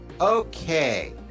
Okay